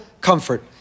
comfort